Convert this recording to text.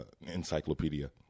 encyclopedia